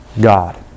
God